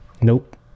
nope